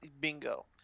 Bingo